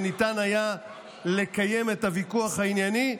וניתן היה לקיים את הוויכוח הענייני.